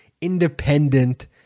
independent